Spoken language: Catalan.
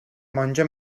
monja